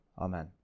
amen